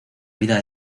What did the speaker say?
vida